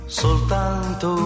soltanto